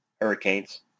Hurricanes